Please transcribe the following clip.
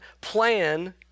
plan